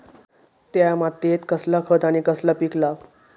त्या मात्येत कसला खत आणि कसला पीक लाव?